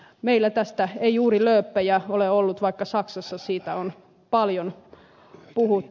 meillä tästä ei juuri lööppejä ole ollut vaikka saksassa siitä on paljon puhuttu